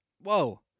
Whoa